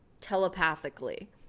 telepathically